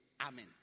Amen